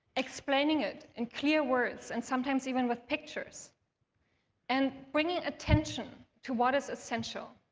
explaining it in clear words and sometimes even with pictures and bringing attention to what is essential.